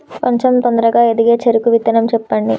కొంచం తొందరగా ఎదిగే చెరుకు విత్తనం చెప్పండి?